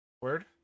Word